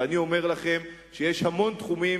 ואני אומר לכם שיש המון תחומים,